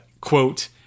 Quote